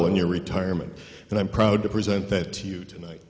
in your retirement and i'm proud to present that to you tonight